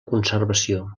conservació